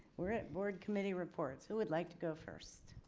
we're at board committee reports who would like to go first.